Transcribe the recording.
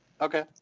Okay